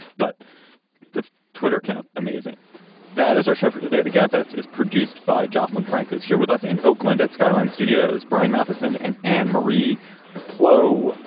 but the twitter account. amazing that is our show for today. the gabfest is produced by josslyn. frank is here with us in oakland at skyline studios. brian matheson and anne marie pelo.